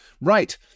Right